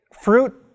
Fruit